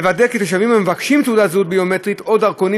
לוודא כי תושבים המבקשים תעודות זהות ביומטריות או דרכונים